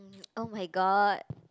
oh-my-god